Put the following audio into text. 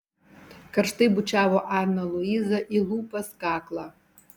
karštai bučiavo aną luizą į lūpas kaklą